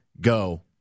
go